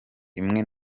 rimwe